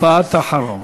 משפט אחרון.